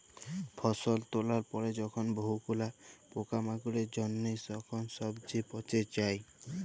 ফসল তোলার পরে যখন বহু গুলা পোকামাকড়ের জনহে যখন সবচে পচে যায়